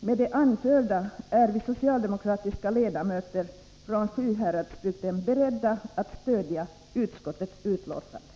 Med det anförda är vi socialdemokratiska ledamöter från Sjuhäradsbygden beredda att stödja utskottets hemställan.